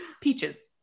Peaches